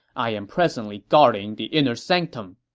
i am presently guarding the inner sanctum.